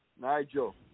Nigel